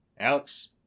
Alex